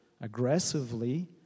aggressively